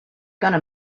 gonna